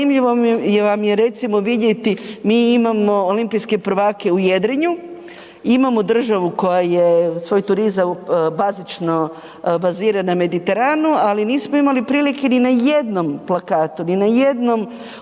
zanimljivo mi je, vam je recimo vidjeti mi imamo olimpijske prvake u jedrenju, imamo državu koja je svoj turizam bazično bazira na Mediteranu, ali nismo imali prilike ni na jednom plakatu, ni na jednom uopće